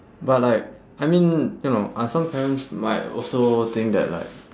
but like I mean you know uh some parents might also think that like